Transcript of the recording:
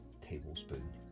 tablespoon